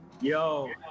Yo